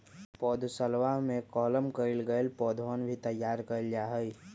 पौधशलवा में कलम कइल गैल पौधवन भी तैयार कइल जाहई